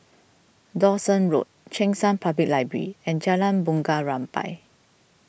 Dawson Road Cheng San Public Library and Jalan Bunga Rampai